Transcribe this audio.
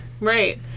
right